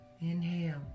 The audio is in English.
Inhale